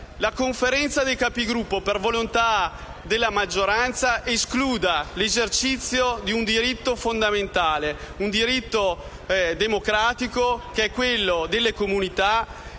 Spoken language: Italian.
la Conferenza dei Capigruppo, per volontà della maggioranza, escluda l'esercizio di un diritto fondamentale, un diritto democratico che è quello delle comunità,